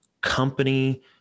company